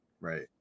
Right